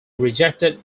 rejected